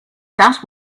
that